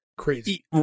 crazy